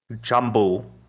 jumble